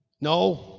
No